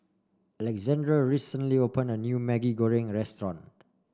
Alexandra recently opened a new Maggi Goreng restaurant